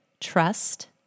trust